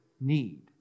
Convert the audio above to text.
need